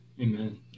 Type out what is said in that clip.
Amen